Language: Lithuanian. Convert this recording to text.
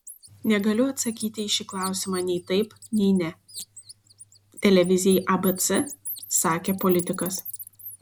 negaliu atsakyti į šį klausimą nei taip nei ne televizijai abc sakė politikas